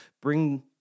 bring